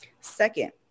Second